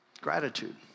Gratitude